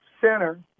center